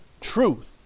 truth